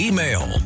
Email